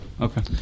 Okay